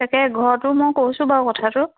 তাকে ঘৰতো মই কৈছোঁ বাৰু কথাটো